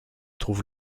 trouve